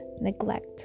neglect